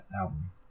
album